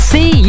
See